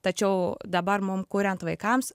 tačiau dabar mum kuriant vaikams